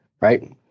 Right